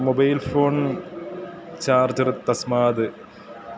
mobile phone charger तस्माद्